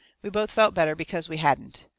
we both felt better because we hadn't.